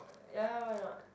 ya why know